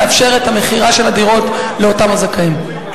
לאפשר את המכירה של הדירות לאותם הזכאים.